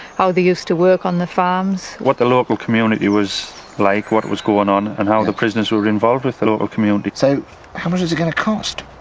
how they used to work on the farms. what the local community was like, what was going on, and how the prisoners were involved with the local community. so how much is going to cost?